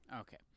Okay